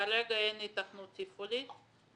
כרגע אין היתכנות תפעולית.